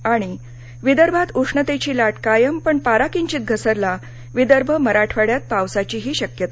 आणि विदर्भात उष्णतेची लाट कायम पण पारा किंचित घसरला विदर्भ मराठवाड्यात पावसाचीही शक्यता